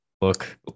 look